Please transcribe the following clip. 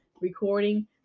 recording